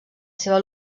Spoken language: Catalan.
seva